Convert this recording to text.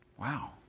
Wow